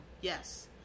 yes